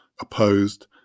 opposed